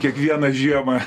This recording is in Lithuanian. kiekvieną žiemą